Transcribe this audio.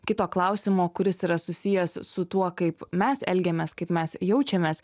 kito klausimo kuris yra susijęs su tuo kaip mes elgiamės kaip mes jaučiamės